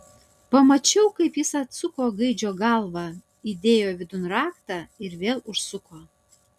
pamačiau kaip jis atsuko gaidžio galvą įdėjo vidun raktą ir vėl užsuko